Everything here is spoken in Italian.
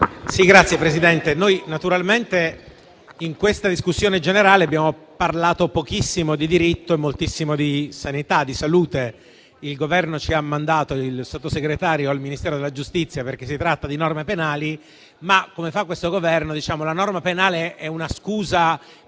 Signora Presidente, nella discussione generale abbiamo parlato pochissimo di diritto e moltissimo di sanità, di salute. Il Governo ci ha mandato il Sottosegretario di Stato per la giustizia perché si tratta di norme penali. Tuttavia, come fa questo Governo, la norma penale è una scusa